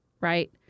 right